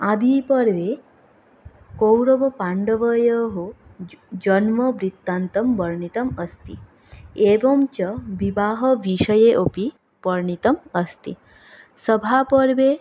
आदिपर्वे कौरवपाण्डवयोः जन्मवृत्तान्तं वर्णितम् अस्ति एवञ्च विवाहविषये अपि वर्णितम् अस्ति सभापर्वे